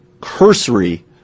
cursory